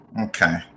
Okay